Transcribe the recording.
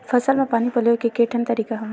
फसल म पानी पलोय के केठन तरीका हवय?